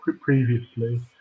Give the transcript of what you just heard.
previously